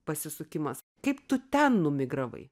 pasisukimas kaip tu ten numigravai